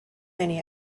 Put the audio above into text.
many